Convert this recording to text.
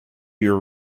your